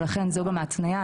ולכן זו גם ההתניה.